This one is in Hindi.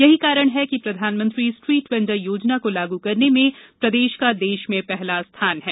यही कारण है कि प्रधानमंत्री स्ट्रीट वेण्डर योजना को लागू करने में प्रदेश का देश में पहला स्थान है